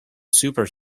super